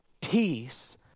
Peace